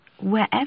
wherever